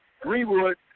Greenwood